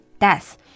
death